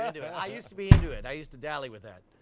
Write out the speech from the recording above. i used to be into it, i used to dally with that.